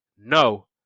no